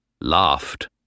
laughed